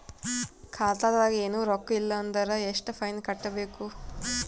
ಖಾತಾದಾಗ ಏನು ರೊಕ್ಕ ಇಲ್ಲ ಅಂದರ ಎಷ್ಟ ಫೈನ್ ಕಟ್ಟಬೇಕು?